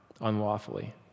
unlawfully